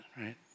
right